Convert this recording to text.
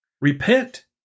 Repent